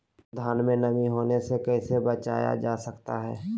धान में नमी होने से कैसे बचाया जा सकता है?